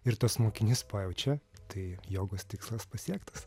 ir tas mokinys pajaučia tai jogos tikslas pasiektas